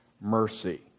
mercy